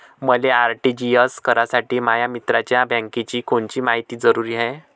मले आर.टी.जी.एस करासाठी माया मित्राच्या बँकेची कोनची मायती जरुरी हाय?